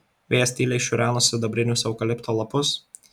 vėjas tyliai šiureno sidabrinius eukalipto lapus